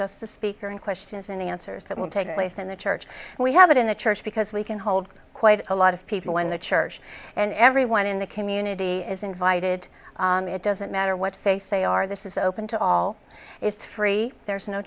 just the speaker and questions and answers that will take place in the church and we have it in the church because we can hold quite a lot of people in the church and everyone in the community is invited it doesn't matter what faith they are this is open to all it's free there's no